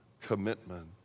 commitment